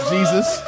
Jesus